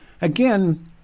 again